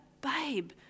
babe